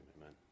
amen